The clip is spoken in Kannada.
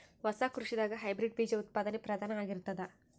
ಹೊಸ ಕೃಷಿದಾಗ ಹೈಬ್ರಿಡ್ ಬೀಜ ಉತ್ಪಾದನೆ ಪ್ರಧಾನ ಆಗಿರತದ